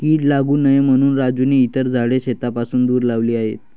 कीड लागू नये म्हणून राजूने इतर झाडे शेतापासून दूर लावली आहेत